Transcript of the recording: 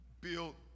built